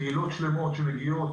קהילות שלמות שמגיעות